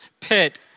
pit